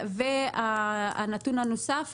והנתון הנוסף,